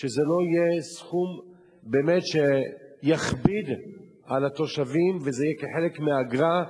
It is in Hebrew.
שזה לא יהיה סכום שבאמת יכביד על התושבים ושזה יהיה כחלק מהאגרה.